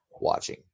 watching